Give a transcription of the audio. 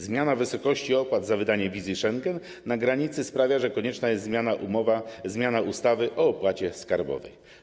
Zmiana wysokości opłat za wydanie wizy Schengen na granicy sprawia, że konieczna jest zmiana ustawy o opłacie skarbowej.